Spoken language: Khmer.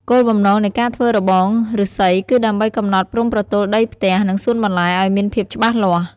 គោលបំណងនៃការធ្វើរបងឬស្សីគឺដើម្បីកំណត់ព្រំប្រទល់ដីផ្ទះ និងសួនបន្លែឱ្យមានភាពច្បាស់លាស់។